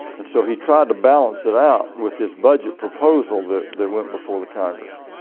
and so he tried to balance it out with his budget proposal that that went before the congress.